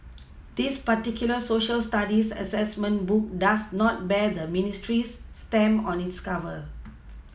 this particular Social Studies assessment book does not bear the ministry's stamp on its cover